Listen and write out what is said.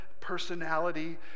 personality